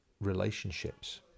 relationships